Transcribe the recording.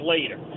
later